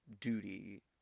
duty